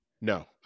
No